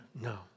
No